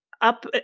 Up